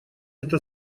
это